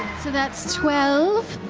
so that's twelve,